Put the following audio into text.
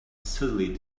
suddenly